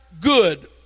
good